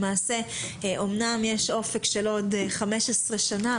למעשה אמנם יש אופק של עוד 15 שנה,